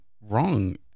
wrong